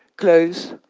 clothes,